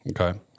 Okay